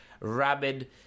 rabid